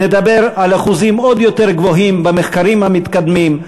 נדבר על אחוזים עוד יותר גבוהים במחקרים המתקדמים,